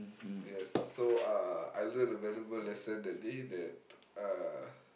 yes so uh I learn a valuable lesson that day that uh